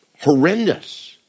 horrendous